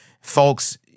Folks